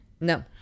No